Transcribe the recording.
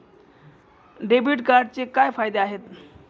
Debit कार्डचे काय फायदे आहेत?